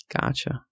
Gotcha